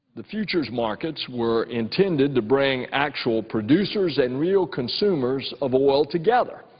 the futures markets were intended to bring actual producers and real consumers of oil together,